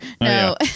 No